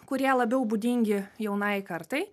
kurie labiau būdingi jaunai kartai